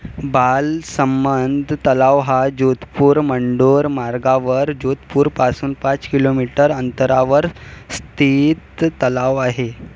बालसंमंद तलाव हा जोधपूर मंडोर मार्गावर जोधपूरपासून पाच किलोमीटर अंतरावर स्थित तलाव आहे